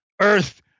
Earth